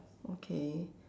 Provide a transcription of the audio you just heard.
okay